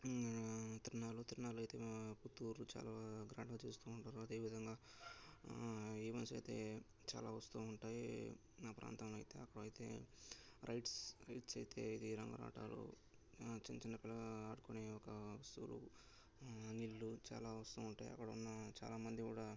తిరణాలు తిరణాలు అయితే పుత్తూరు చాలా గ్రాండ్గా చేస్తూ ఉంటారు అదేవిధంగా ఈవెంట్స్ అయితే చాలా వస్తూ ఉంటాయి మా ప్రాంతంలో అయితే అక్కడైతే రైడ్స్ రైడ్స్ అయితే రంగులరాట్నాలు చిన్న చిన్న పిల్లలు ఆడుకునే ఒక వస్తువులు అంగళ్ళు చాలా వస్తూ ఉంటాయి అక్కడ ఉన్న చాలామంది కూడా